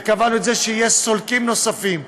וקבענו שיהיו סולקים נוספים.